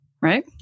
Right